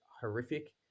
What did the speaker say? horrific